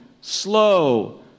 slow